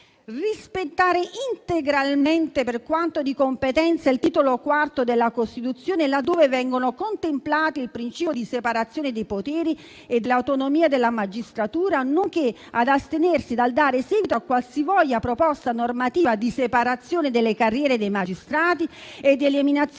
rispettare integralmente, per quanto di competenza, il Titolo IV della Costituzione, laddove vengono contemplati il principio di separazione dei poteri e dell'autonomia della magistratura, nonché astenersi dal dare seguito a qualsivoglia proposta normativa di separazione delle carriere dei magistrati e di eliminazione